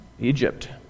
Egypt